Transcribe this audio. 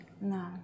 No